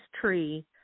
tree